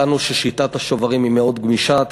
מצאנו ששיטת השוברים היא מאוד גמישה: